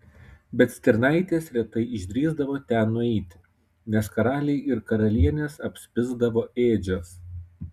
bet stirnaitės retai išdrįsdavo ten nueiti nes karaliai ir karalienės apspisdavo ėdžias